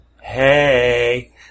hey